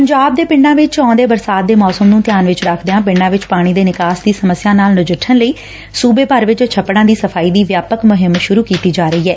ਪੰਜਾਬ ਦੇ ਪਿੰਡਾਂ ਵਿੱਚ ਆਉਂਦੇ ਬਰਸਾਤ ਦੇ ਮੌਸਮ ਨੂੰ ਧਿਆਨ ਵਿੱਚ ਰੱਖਦਿਆਂ ਪਿੰਡਾਂ ਵਿੱਚ ਪਾਣੀ ਦੇ ਨਿਕਾਸ ਦੀ ਸਮੱਸਿਆਂ ਨਾਲ ਨਜਿੱਠਣ ਲਈ ਰਾਜ ਭਰ ਵਿੱਚ ਛੱਪੜਾਂ ਦੀ ਸਫਾਈ ਦੀ ਵਿਆਪਕ ਮੁਹਿੰਮ ਸੁਰ ਕੀਤੀ ਜਾ ਰਹੀ ਏ